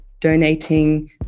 donating